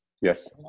Yes